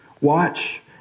Watch